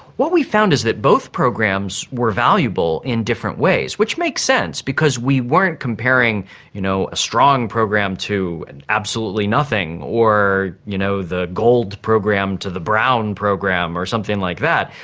what we found is that both programs were valuable in different ways, which makes sense because we weren't comparing you know a strong program to and absolutely nothing, or you know the gold program to the brown program or something like that.